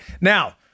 Now